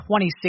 26